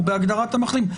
הוא בהגדרת המחלים.